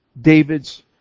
David's